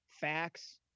facts